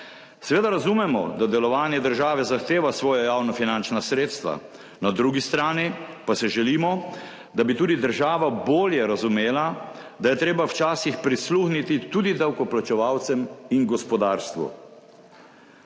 Seveda razumemo, da delovanje države zahteva svoja javnofinančna sredstva. Na drugi strani pa si želimo, da bi tudi država bolje razumela, da je treba včasih prisluhniti tudi davkoplačevalcem in gospodarstvu.